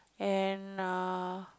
and err